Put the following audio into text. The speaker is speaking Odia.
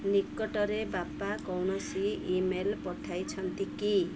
ନିକଟରେ ବାପା କୌଣସି ଇ ମେଲ୍ ପଠାଇଛନ୍ତି କି